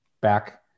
back